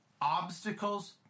obstacles